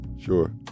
Sure